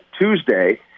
Tuesday